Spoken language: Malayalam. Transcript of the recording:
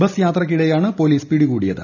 ബസ് യാത്രക്കിടെയാണ് പൊലീസ് പിടികൂടിയത്